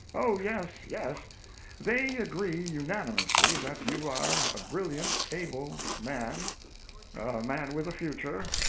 oh, yes, yes they agree unanimously that you are a brilliant, able man a man with a future,